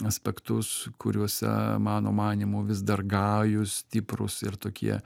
aspektus kuriuose mano manymu vis dar gajūs stiprūs ir tokie